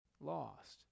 lost